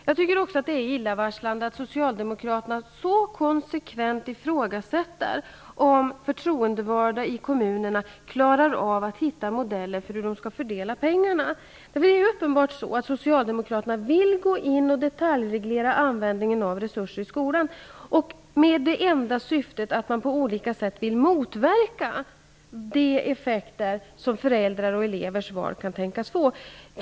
Det är också illavarslande att Socialdemokraterna så konsekvent ifrågasätter att förtroendevalda i kommunerna klarar av att hitta modeller för hur pengarna skall fördelas. Socialdemokraterna vill uppenbarligen gå in och detaljreglera användningen av resurser i skolan, med det enda syftet att på olika sätt motverka de effekter som föräldrars och elevers val kan tänkas få.